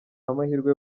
amahirwe